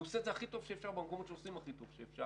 הוא עושה את זה הכי טוב שאפשר במקומות שעושים הכי טוב שאפשר